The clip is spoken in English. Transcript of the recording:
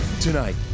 Tonight